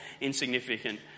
insignificant